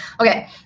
Okay